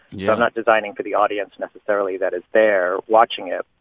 yeah not designing for the audience necessarily that is there watching it.